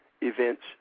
events